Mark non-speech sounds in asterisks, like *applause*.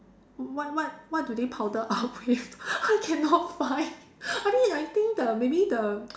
what what what do they powder up with *laughs* I cannot find I think I think the maybe the